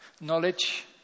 knowledge